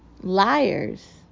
Liars